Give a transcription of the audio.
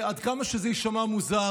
עד כמה שזה ישמע מוזר,